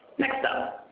next up.